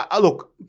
look